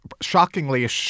shockingly